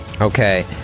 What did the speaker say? Okay